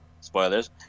Spoilers